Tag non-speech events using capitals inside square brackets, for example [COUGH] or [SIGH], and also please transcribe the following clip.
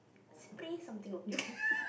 spray something on your [LAUGHS]